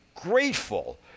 grateful